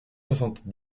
soixante